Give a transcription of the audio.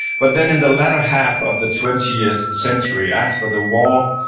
but then in the latter half of the twentieth century after the war,